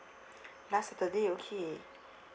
last saturday okay